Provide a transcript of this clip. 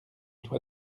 toi